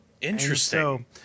interesting